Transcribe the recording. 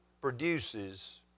produces